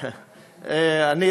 אני במתח.